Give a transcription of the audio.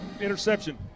interception